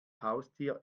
haustier